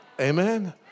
Amen